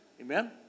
Amen